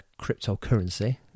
cryptocurrency